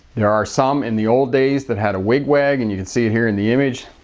there are some in the old days that had a wig-wag. and you can see it here in the image.